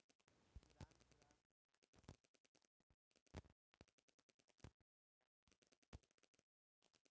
पुरान पुरान आनाज लोग पहिले भूसा चाहे माटी के डेहरी अउरी कुंडा में संजोवत रहे